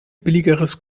billigeres